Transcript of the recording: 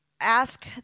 ask